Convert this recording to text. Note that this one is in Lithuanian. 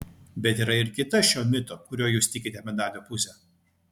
bet yra ir kita šio mito kuriuo jūs tikite medalio pusė